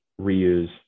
reuse